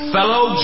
Fellow